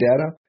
data